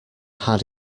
had